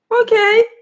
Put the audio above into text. Okay